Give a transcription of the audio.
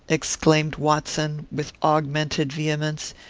exclaimed watson, with augmented vehemence,